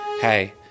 Hey